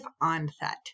onset